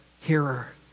hearer